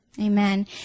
Amen